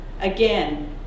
again